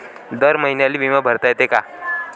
दर महिन्याले बिमा भरता येते का?